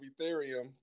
Ethereum